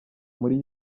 muri